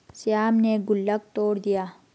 श्याम ने गुल्लक तोड़ दिया